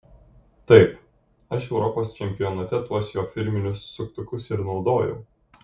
taip aš europos čempionate tuos jo firminius suktukus ir naudojau